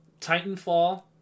Titanfall